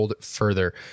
further